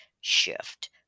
shift